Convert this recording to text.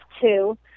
two